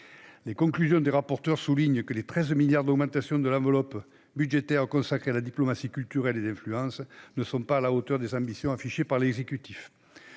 Les conclusions des rapporteurs soulignent que l'augmentation de 13 millions d'euros de l'enveloppe budgétaire consacrée à la diplomatie culturelle et d'influence n'est pas à la hauteur des ambitions affichées par l'exécutif.